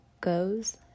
goes